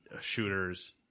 shooters